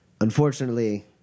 Unfortunately